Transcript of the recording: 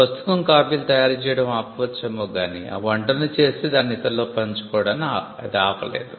పుస్తకం కాపీలు తయారు చేయడం ఆపవచ్చేమో గానీ ఆ వంటను చేసి దాని ఇతరులతో పంచుకోవడాన్ని ఇది ఆపలేదు